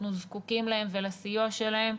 אנחנו זקוקים להם ולסיוע שלהם.